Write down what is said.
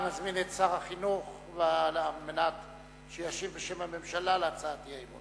אני מזמין את שר החינוך שישיב בשם הממשלה על הצעת האי-אמון.